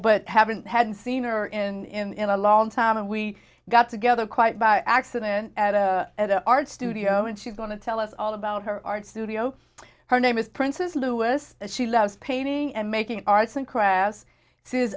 but haven't had seen her in in a long time and we got together quite by accident at an art studio and she's going to tell us all about her art studio her name is prince's lewis and she loves painting and making arts and crafts